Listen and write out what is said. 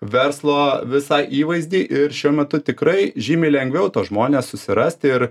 verslo visą įvaizdį ir šiuo metu tikrai žymiai lengviau tuos žmones susirasti ir